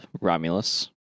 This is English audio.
Romulus